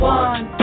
one